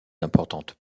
importante